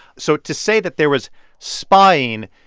so to say that there was spying,